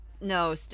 no